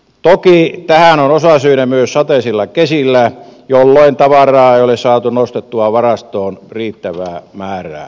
toki tähän on osasyynsä myös sateisilla kesillä jolloin tavaraa ei ole saatu nostettua varastoon riittävää määrää